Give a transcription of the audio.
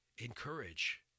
Encourage